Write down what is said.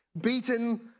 beaten